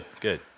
good